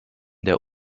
der